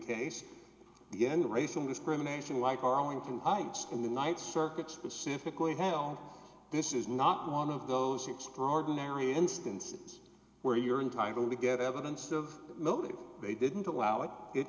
end racial discrimination like arlington heights in the night circuit specifically how this is not one of those extraordinary instances where you're entitled to get evidence of motive they didn't allow it it